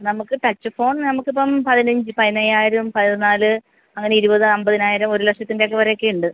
നമുക്ക് touch phone നമുക്ക് ഇപ്പം പതിനഞ്ച് പയിനയ്യായിരം പതിനാല് അങ്ങനെ ഇരുപത് അമ്പതിനായിരം ഒരു ലക്ഷത്തിൻ്റെ ഒക്കെ വരെയൊക്കെ ഉണ്ട്